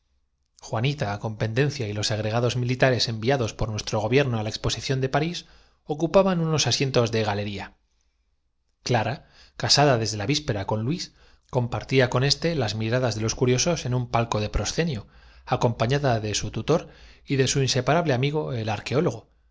con pendencia y los agregados militares enviados por guís retrocediendo nuestro gobierno á la exposición de parís ocupaban unos asientos de galería clara casada desde la víspe pero aquí no se acaban las tribulaciones decía ra con luís juana compartía con éste las miradas de los cu ce noz orvidó trincarlo riosos en un palco de proscenio acompañada de su cambiemos de rumbo tutor y de su inseparable amigo el arqueólogo